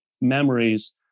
memories